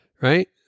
Right